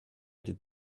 did